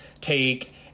take